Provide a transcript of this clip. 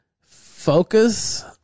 Focus